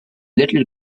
little